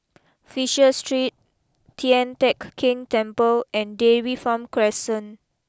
Fisher Street Tian Teck Keng Temple and Dairy Farm Crescent